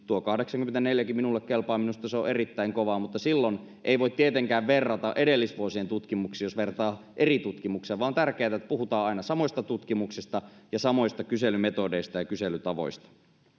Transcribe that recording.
tuo kahdeksankymmentäneljäkin minulle kelpaa minusta se on erittäin kova luku silloin ei voi tietenkään verrata edellisvuosien tutkimuksiin jos vertaa eri tutkimuksia vaan on tärkeää että puhutaan aina samoista tutkimuksista ja samoista kyselymetodeista ja kyselytavoista